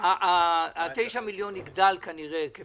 ה-9 מיליון יגדל כנראה לסכום כפול,